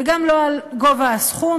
וגם לא על גובה הסכום,